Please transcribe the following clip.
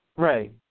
Right